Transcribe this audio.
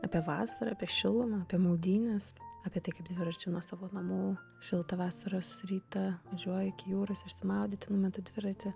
apie vasarą apie šilumą apie maudynes apie tai kaip dviračiu nuo savo namų šiltą vasaros rytą važiuoju iki jūros išsimaudyti numetu dviratį